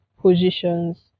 positions